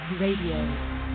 Radio